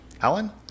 Alan